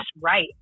right